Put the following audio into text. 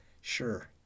sure